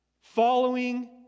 following